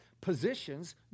positions